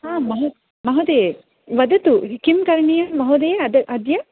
महोमहोदये वदतु किं करणीयं महोदये अद्य